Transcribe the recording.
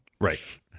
Right